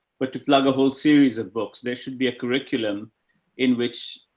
but to plug a whole series of books, there should be a curriculum in which,